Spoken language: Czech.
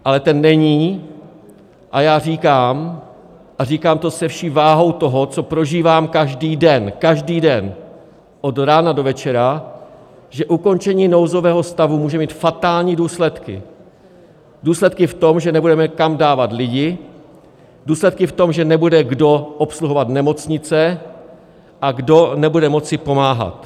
Ale ten není a já říkám a říkám to se vší vahou toho, co prožívám každý den, každý den od rána do večera že ukončení nouzového stavu může mít fatální důsledky: důsledky v tom, že nebudeme mít kam dávat lidi, důsledky v tom, že nebude mít kdo obsluhovat nemocnice a nebude mít kdo pomáhat.